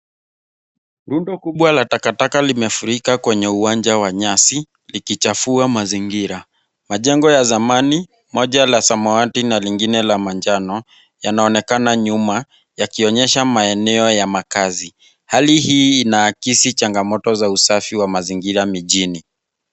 Rundo kubwa la takataka limefurika kwenye uwanja wa nyasi likichafua mazingira. Majengo ya zamani moja la samawati na lingine la manjano yanaonekana nyuma yakionyesha maeneo ya makazi. Hali hii ina akisi changamoto za usafi wa mazingira mijini.